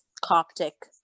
coptic